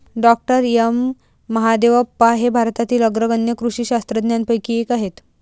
डॉ M Mahadevappa हे भारतातील अग्रगण्य कृषी शास्त्रज्ञांपैकी एक आहेत